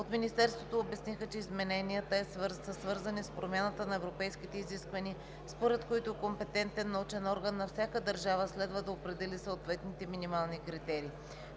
От Министерството обясниха, че измененията са свързани с промяната на европейските изисквания, според които компетентен научен орган на всяка държава следва да определи съответните минимални критерии.